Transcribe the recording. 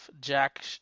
jack